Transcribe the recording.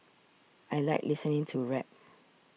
I like listening to rap